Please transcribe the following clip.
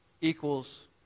equals